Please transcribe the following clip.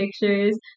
pictures